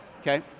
Okay